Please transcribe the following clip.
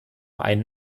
einen